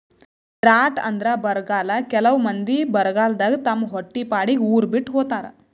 drought ಅಂದ್ರ ಬರ್ಗಾಲ್ ಕೆಲವ್ ಮಂದಿ ಬರಗಾಲದಾಗ್ ತಮ್ ಹೊಟ್ಟಿಪಾಡಿಗ್ ಉರ್ ಬಿಟ್ಟ್ ಹೋತಾರ್